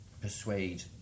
persuade